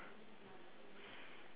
there's a ghost you know